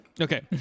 Okay